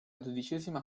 dodicesima